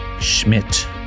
Schmidt